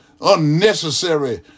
unnecessary